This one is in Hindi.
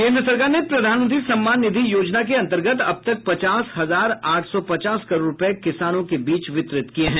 केंद्र सरकार ने प्रधानमंत्री सम्मान निधि योजना के अंतर्गत अब तक पचास हजार आठ सौ पचास करोड़ रुपये किसानों के बीच वितरित किये हैं